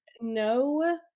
no